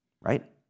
right